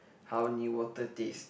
how new water taste